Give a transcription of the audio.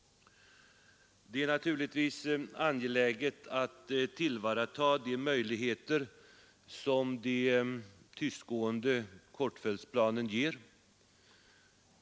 Det är naturligtvis angeläget att tillvarata de möjligheter som de tystgående kortfältsplanen ger.